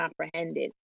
comprehended